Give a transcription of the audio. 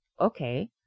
Okay